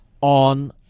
on